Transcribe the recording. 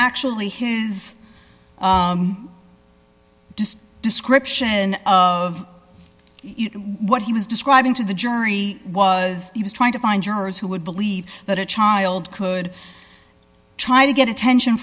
actually his just description of what he was describing to the jury was he was trying to find jurors who would believe that a child could try to get attention